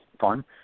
fun